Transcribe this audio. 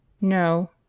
No